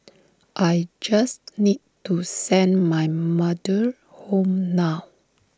I just need to send my mother home now